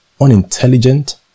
unintelligent